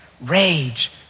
rage